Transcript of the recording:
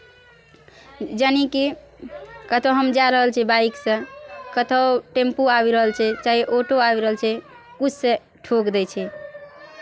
यानिकि कतहु हम जा रहल छियै बाइकसँ कतहु टेम्पू आबि रहल छै चाहे ऑटो आबि रहल छै किछुसँ ठोकि दै छै